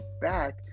back